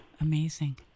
Amazing